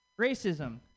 racism